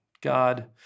God